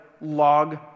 log